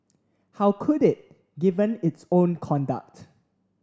how could it given its own conduct